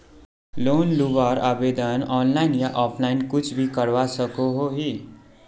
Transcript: Loan लुबार आवेदन online या ऑफलाइन कुछ भी करवा सकोहो ही?